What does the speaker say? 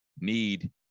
need